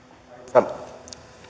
arvoisa